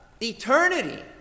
eternity